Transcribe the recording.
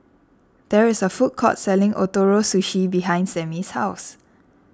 there is a food court selling Ootoro Sushi behind Samie's house